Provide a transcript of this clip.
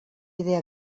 idea